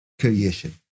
creation